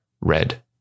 red